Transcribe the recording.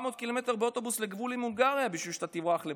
קילומטר באוטובוס לגבול עם הונגריה בשביל שאתה תברח לפה.